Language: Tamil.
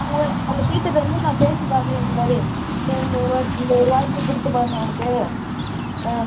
அவங்க உங்கள் டீச்சர்கிட்ட வந்து நான் பேசி பார்க்குறேன் இது மாதிரி சரி இந்த ஒரு வா இந்த ஒரு வாய்ப்பு கொடுத்து பாருங்கள் அவனுக்கு